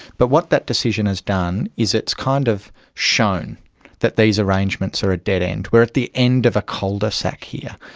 but what that decision has done is it's kind of shown that these arrangements are at a dead end. we are at the end of a cul-de-sac here.